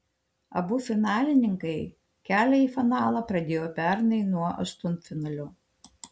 abu finalininkai kelią į finalą pradėjo pernai nuo aštuntfinalio